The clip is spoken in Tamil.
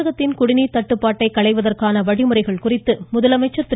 தமிழகத்தின் குடிநீர் தட்டுப்பாட்டை களைவதற்கான வழிமுறைகள் குறிக்கு முதலமைச்சர் திரு